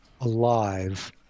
alive